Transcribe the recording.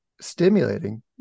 stimulating